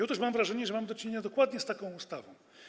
Otóż mam wrażenie, że mamy do czynienia dokładnie z taką ustawą.